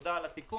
תודה על התיקון.